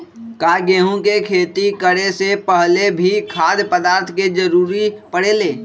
का गेहूं के खेती करे से पहले भी खाद्य पदार्थ के जरूरी परे ले?